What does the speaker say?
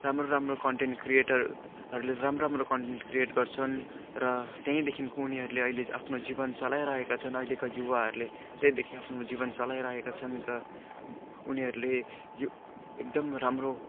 राम्रो राम्रो कन्टेन्ट क्रिएटरहरूले राम्रो राम्रो कन्टेन्ट क्रिएट गर्छन् र त्यहीँदेखिको उनीहरूले अहिले आफ्नो जीवन चलाइरहेका छन् अहिलेका युवाहरूले त्यहीँदेखि आफ्नो जीवन चलाइरहेका छन् र उनीहरूले यो एकदम राम्रो